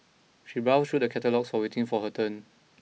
she browsed through the catalogues while waiting for her turn